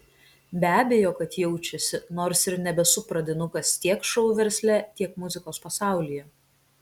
be abejo kad jaučiasi nors ir nebesu pradinukas tiek šou versle tiek muzikos pasaulyje